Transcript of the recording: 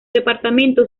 departamento